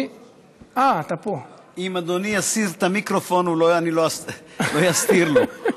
אם אדוני יזיז את המיקרופון, לא יסתיר לו.